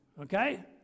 Okay